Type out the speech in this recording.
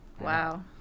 Wow